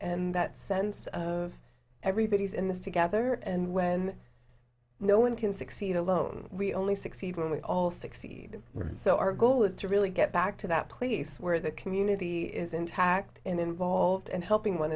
and that sense of everybody's in this together and when no one can succeed alone we only succeed when we all succeed so our goal is to really get back to that place where the community is intact involved and helping one